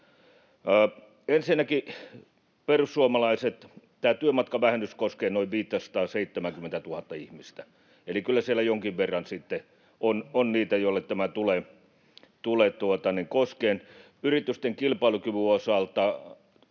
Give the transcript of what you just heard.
Ensinnäkin perussuomalaiset: Tämä työmatkavähennys koskee noin 570 000:ta ihmistä, eli kyllä siellä jonkin verran sitten on niitä, joita tämä tulee koskemaan. Yritysten kilpailukyvyn osalta